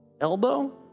elbow